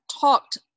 talked